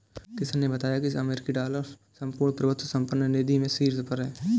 किशन ने बताया की अमेरिकी डॉलर संपूर्ण प्रभुत्व संपन्न निधि में शीर्ष पर है